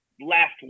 last